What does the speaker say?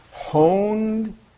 honed